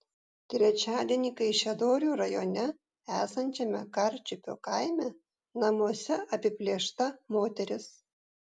trečiadienį kaišiadorių rajone esančiame karčiupio kaime namuose apiplėšta moteris